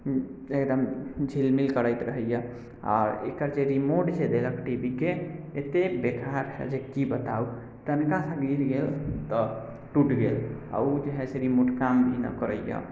एकदम झिलमिल करैत रहैए आओर एकर जे रिमोट जे देलक टीवीके अत्ते बेकार है जे की बताउ तनिकासँ गिर गेल तऽ टुटि गेल आओर उ जे है से रिमोट काम ही नहि करैए